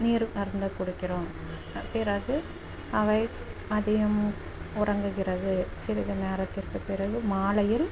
நீர் அருந்த கொடுக்கிறோம் பிறகு அவை அதையும் உறங்குகிறது சிறிது நேரத்திற்கு பிறகு மாலையில்